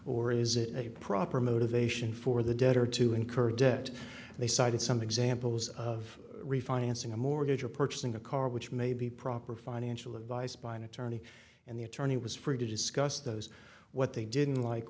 or is it a proper motivation for the debtor to incur debt they cited some examples of refinancing a mortgage or purchasing a car which may be proper financial advice by an attorney and the attorney was free to discuss those what they didn't like